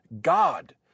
God